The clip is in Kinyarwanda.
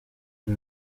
ari